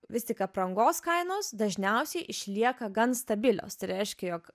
vis tik aprangos kainos dažniausiai išlieka gan stabilios tai reiškia jog